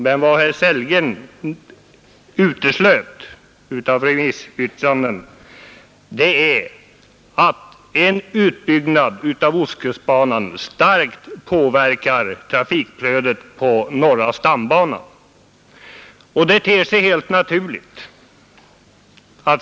Men vad herr Sellgren uteslöt ur redogörelsen för remissyttrandena var att en utbyggnad av ostkustbanan starkt påverkar trafikflödet på norra stambanan.